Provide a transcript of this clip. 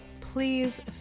please